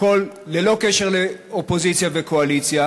ללא קשר לאופוזיציה וקואליציה,